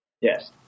Yes